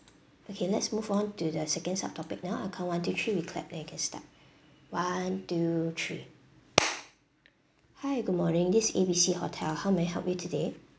okay let's move on to the second sub topic now I count one two three we clap then you can start one two three hi good morning this is A B C hotel how may I help you today